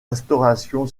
restauration